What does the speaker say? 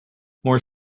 more